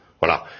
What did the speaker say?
Voilà